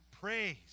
praise